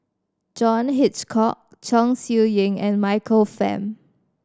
John Hitchcock Chong Siew Ying and Michael Fam